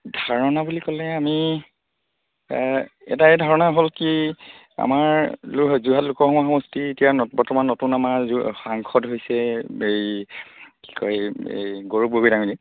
ধাৰণা বুলি ক'লে আমি এটাই ধাৰণা হ'ল কি আমাৰ যোৰহাট লোকসভা সমষ্টি এতিয়া ন বৰ্তমান নতুন আমাৰ য সাংসদ হৈছে এই কি কয় এই গৌৰৱ গগৈ ডাঙৰীয়া